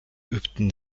übten